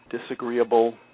disagreeable